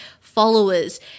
followers